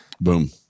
Boom